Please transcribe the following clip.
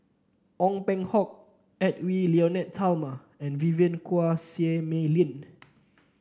Ong Peng Hock Edwy Lyonet Talma and Vivien Quahe Seah Mei Lin